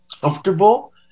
comfortable